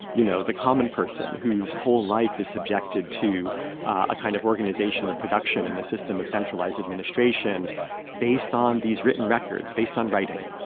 you know, the common person whose whole life is subjected to a kind of organization of production in a system of centralized administration based on these written records, based on writing